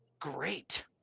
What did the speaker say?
great